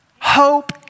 Hope